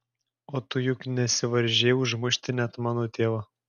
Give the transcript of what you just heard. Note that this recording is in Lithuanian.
o tu juk nesivaržei užmušti net mano tėvą